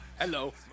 Hello